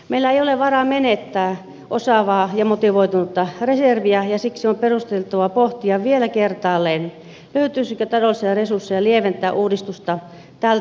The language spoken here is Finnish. meillä ei ole varaa menettää osaavaa ja motivoitunutta reserviä ja siksi on perusteltua pohtia vielä kertaalleen löytyisikö taloudellisia resursseja lieventää uudistusta tältä osin